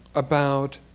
about